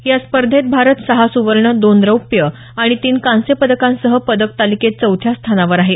या स्पर्धेत भारत सहा सुवर्ण दोन रौप्य आणि तीन कांस्य पदकासह पदक तालिकेत चौथ्या स्थानावर आहे